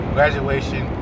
Graduation